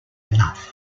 enough